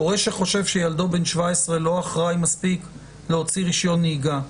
הורה שחושב שילדו בן 17 לא אחראי מספיק להוציא רישיון נהיגה,